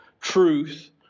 truth